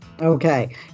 Okay